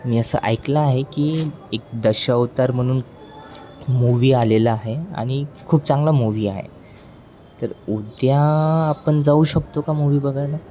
मी असं ऐकलं आहे की एक दशावतार म्हणून मूवी आलेला आहे आणि खूप चांगला मूव्ही आहे तर उद्या आपण जाऊ शकतो का मूव्ही बघायला